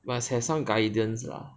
must have some guidance ah